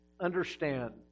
understand